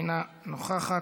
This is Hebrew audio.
אינה נוכחת,